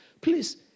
Please